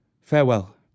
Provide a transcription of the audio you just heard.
Farewell